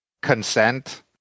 consent